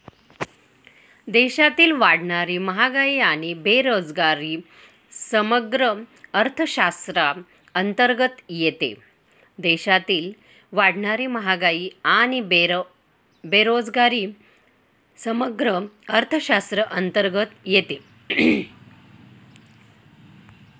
देशातील वाढणारी महागाई आणि बेरोजगारी समग्र अर्थशास्त्राअंतर्गत येते